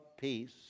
peace